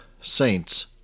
saints